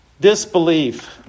Disbelief